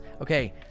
Okay